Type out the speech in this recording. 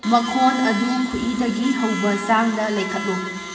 ꯃꯈꯣꯟ ꯑꯗꯨ ꯈ꯭ꯋꯥꯏꯗꯒꯤ ꯍꯧꯕ ꯆꯥꯡꯗ ꯂꯩꯈꯠꯂꯨ